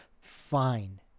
Fine